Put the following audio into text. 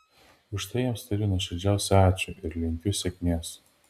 už tai jiems tariu nuoširdžiausią ačiū ir linkiu sėkmės